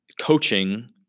coaching